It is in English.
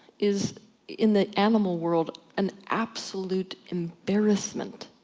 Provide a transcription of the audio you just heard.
is in the animal world, and absolute embarrassment,